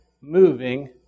moving